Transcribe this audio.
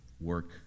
work